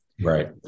Right